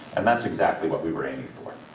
and that's exactly what we were aiming for.